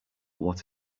what